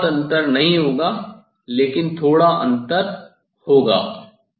इनमें बहुत अंतर नहीं होगा लेकिन थोड़ा अंतर होगा